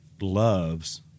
loves